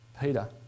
Peter